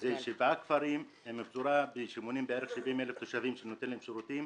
אלה שבעה כפרים שמונים כ-70,000 תושבים שמקבלים שירותים.